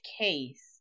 case